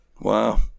wow